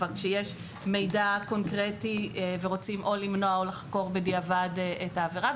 כאשר יש מידע קונקרטי ורוצים או למנוע או לחקור בדיעבד את העבירה.